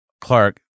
Clark